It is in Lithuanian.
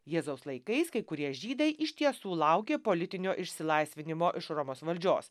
jėzaus laikais kai kurie žydai iš tiesų laukė politinio išsilaisvinimo iš romos valdžios